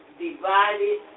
divided